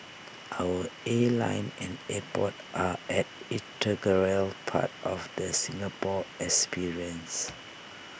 our airline and airport are an integral part of the Singapore experience